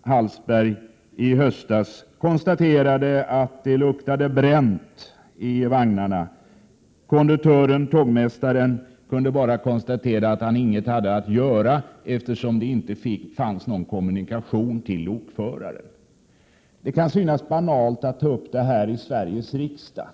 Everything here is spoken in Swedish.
Hallsberg i höstas konstaterade att det luktade bränt i vagnarna, medan konduktören—tågmästaren bara kunde konstatera att han inget kunde göra, eftersom det inte fanns någon kommunikation till lokföraren. Det kan synas banalt att ta upp sådant här i Sveriges riksdag.